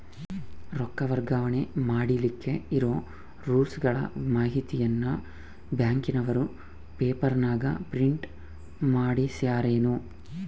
ರೊಕ್ಕ ವರ್ಗಾವಣೆ ಮಾಡಿಲಿಕ್ಕೆ ಇರೋ ರೂಲ್ಸುಗಳ ಮಾಹಿತಿಯನ್ನ ಬ್ಯಾಂಕಿನವರು ಪೇಪರನಾಗ ಪ್ರಿಂಟ್ ಮಾಡಿಸ್ಯಾರೇನು?